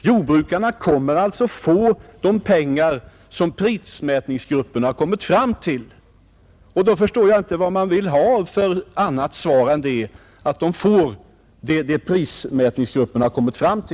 Jordbrukarna kommer ju att få den ersättning som prismätningsgruppen har räknat fram, och jag begriper inte vad herr Pettersson vill ha för annat besked än detta.